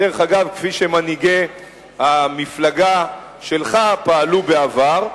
דרך אגב, כפי שמנהיגי המפלגה שלך פעלו בעבר.